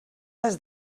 les